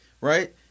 Right